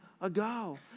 ago